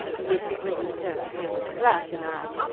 mrs. lincoln turned to him with flashing eyes,